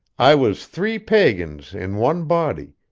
i was three pagans in one body,